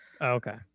Okay